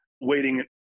waiting